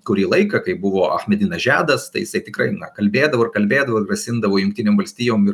kurį laiką kai buvo achmedinas džadas tai jisai tikrai kalbėdavo ir kalbėdavo ir grasindavo jungtinėm valstijom